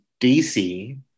DC